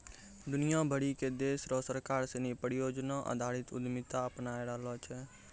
दुनिया भरी के देश र सरकार सिनी परियोजना आधारित उद्यमिता अपनाय रहलो छै